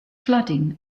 flooding